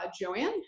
Joanne